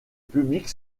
public